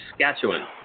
Saskatchewan